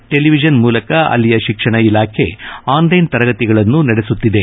television ಮೂಲಕ ಅಲ್ಲಿಯ ಶಿಕ್ಷಣ ಇಲಾಖೆ ಆನ್ಲೈನ್ ತರಗತಿಗಳನ್ನು ನಡೆಸುತ್ತಿದೆ